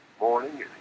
morning